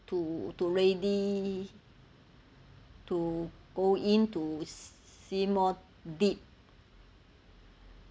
to to ready to go in to see more deep